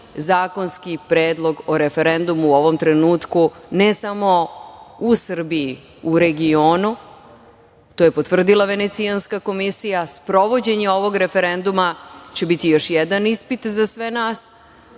zakonski predlog o referendumu u ovom trenutku, ne samo u Srbiji, u regionu, to je potvrdila Venecijanska komisija. Sprovođenje ovog referenduma će biti još jedan ispit za sve nas,